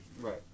Right